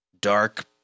dark